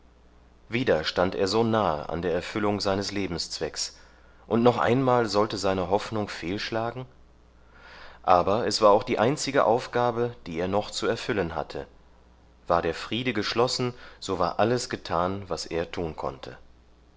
wieder stand er so nahe an der erfüllung seines lebenszwecks und noch einmal sollte seine hoffnung fehlschlagen aber es war auch die einzige aufgabe die er noch zu erfüllen hatte war der friede geschlossen so war alles getan was er tun konnte